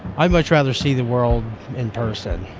i'd much rather see the world in person.